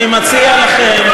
אני מציע לכם,